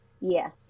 Yes